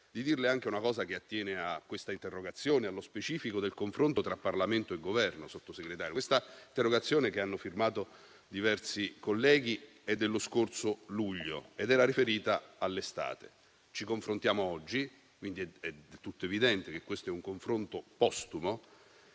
di dirle anche una cosa che attiene a questa interrogazione e allo specifico del confronto tra Parlamento e Governo, signor Sottosegretario: questa interrogazione, che hanno firmato diversi colleghi, è dello scorso luglio ed era riferita all'estate. Ci confrontiamo oggi, quindi è del tutto evidente che è un confronto postumo,